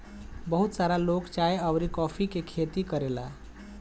बहुत सारा लोग चाय अउरी कॉफ़ी के खेती करेला